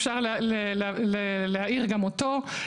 אפשר להאיר גם אותו.